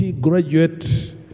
graduate